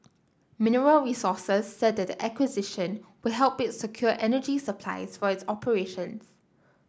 Mineral Resources said that the acquisition will help it secure energy supplies for its operations